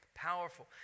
powerful